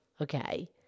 Okay